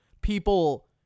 people